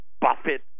Buffett